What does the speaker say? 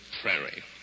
prairie